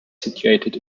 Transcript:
situated